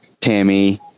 Tammy